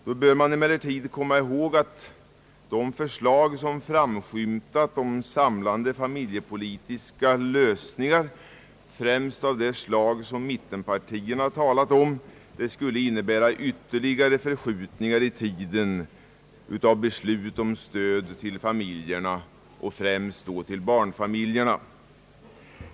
Man bör emellertid komma ihåg att de förslag till samlande familjepolitiska lösningar som framskymtat, främst av det slag som mittenpartierna talat om, skulle innebära ytterligare förskjutningar i tiden av beslut om stöd till familjerna och främst då barnfamiljerna.